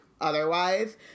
otherwise